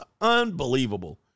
Unbelievable